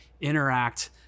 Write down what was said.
interact